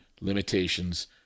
limitations